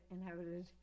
inhabited